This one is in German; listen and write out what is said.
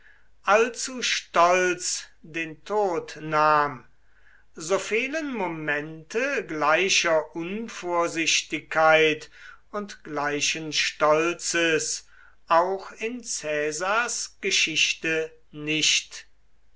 allzu stolz den tod nahm so fehlen momente gleicher unvorsichtigkeit und gleichen stolzes auch in caesars geschichte nicht